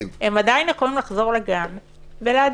הם עדיין יכולים לחזור לגן ולהדביק.